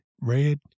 red